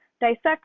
dissect